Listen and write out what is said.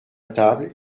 table